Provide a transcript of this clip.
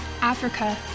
Africa